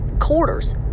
quarters